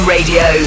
Radio